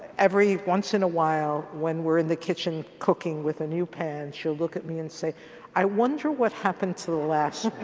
every once in a while when we're in the kitchen cooking with a new pan she'll look at me and say i wonder what happened to the last